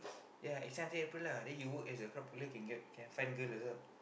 ya extends to April lah and then you can work as crowd puller can get can find girl also